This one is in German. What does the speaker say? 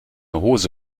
hose